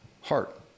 heart